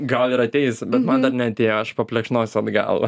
gal ir ateis bet man dar neatėjo aš paplekšnosiu atgal